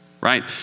right